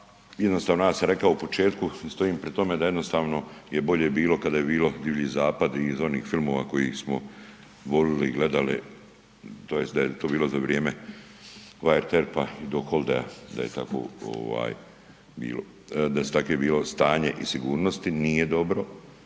jednostavno ja sam rekao u početku i stojim pri tome da jednostavno je bolje bilo kada je bilo divlji zapad i iz onih filmova kojih smo volili i gledali tj. da je to bilo za vrijeme Wyatt Erppa i Doc Hollidaya. Da je tako ovaj bilo, da su take bilo stanje i sigurnosti, nije dobro.